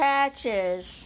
Patches